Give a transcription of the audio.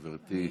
גברתי.